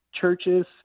churches